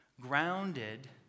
grounded